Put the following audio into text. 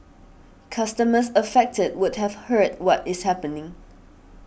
customers affected would have heard what is happening